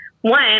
one